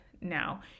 now